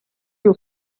you